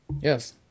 Yes